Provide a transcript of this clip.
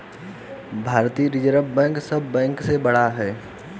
भारतीय reserve bank सब bank से बड़ बैंक ह